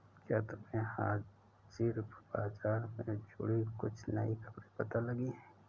क्या तुम्हें हाजिर बाजार से जुड़ी कुछ नई खबरें पता लगी हैं?